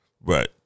Right